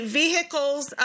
vehicles